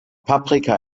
paprika